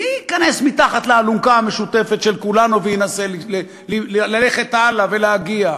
מי ייכנס מתחת לאלונקה המשותפת לכולנו וינסה ללכת הלאה ולהגיע?